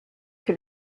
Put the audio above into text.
que